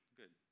good